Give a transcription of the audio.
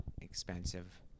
expensive